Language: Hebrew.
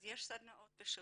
אז יש סדנאות בשוטף.